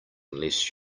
unless